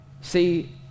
See